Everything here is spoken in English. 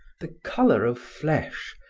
the color of flesh,